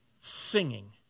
singing